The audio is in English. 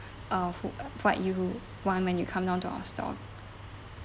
uh who what you want when you come down to our store